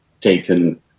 taken